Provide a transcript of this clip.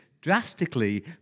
drastically